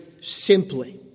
simply